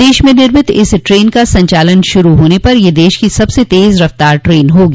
देश में निर्मित इस ट्रेन का संचालन शुरू होने पर यह देश की सबसे तेज रफ्तार ट्रेन होगी